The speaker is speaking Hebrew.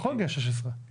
יכול להגיע ל-16, בקלות.